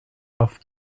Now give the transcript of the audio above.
auf